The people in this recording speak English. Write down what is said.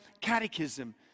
Catechism